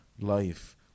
life